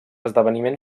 esdeveniment